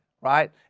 right